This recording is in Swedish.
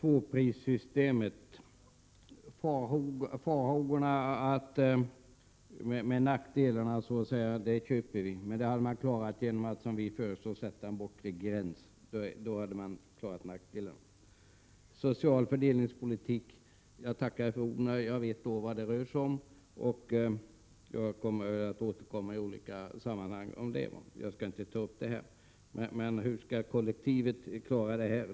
Herr talman! Farhågorna för nackdelarna med tvåprissystemet ”köper vi”. Nackdelarna hade man klarat av genom att, som vi föreslog, sätta en bortre gräns. Beträffande den sociala fördelningspolitiken, tackar jag för orden, och jag vet då vad det rör sig om. Jag kommer att i olika sammanhang återkomma till det, och jag skall inte nu ta upp det. Men hur skall kollektivet klara detta?